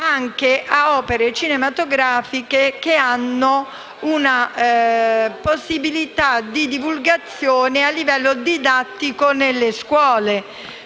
anche a opere cinematografiche che hanno una possibilità di divulgazione a livello didattico nelle scuole,